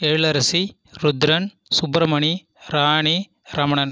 Ezhilarasi Rudran Subramani Rani Ramanan